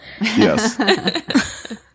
yes